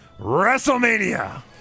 WrestleMania